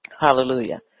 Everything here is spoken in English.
Hallelujah